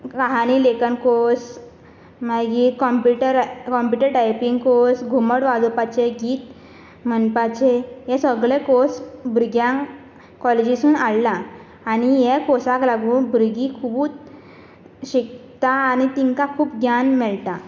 काहानी लेखन कोर्स मागीर कॉम्पिटरा कॉम्पिटर टायपींग कोर्स घुमट वाजोवपाचे गीत म्हणपाचे हे सगले कोर्स भुरग्यांक कॉलेजीसून आडला आनी हे कोर्साक लागू भुरगीं खुबूच शिकता आनी तिंकां खूब ग्यान मेळटा